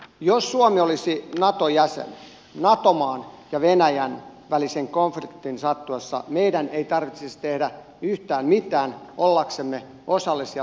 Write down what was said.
jos suomi olisi nato jäsen nato maan ja venäjän välisen konfliktin sattuessa meidän ei tarvitsisi tehdä yhtään mitään ollaksemme osallisia samaan kriisiin